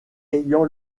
ayant